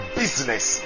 business